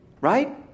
Right